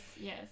yes